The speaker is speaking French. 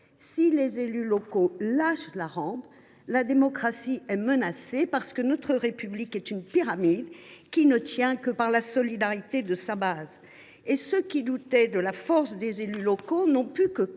si les élus locaux lâchent la rampe, la démocratie est menacée, parce que notre République est une pyramide qui ne tient que par la solidité de sa base. Ceux qui doutaient de la force des élus locaux n’ont pu que